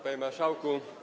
Panie Marszałku!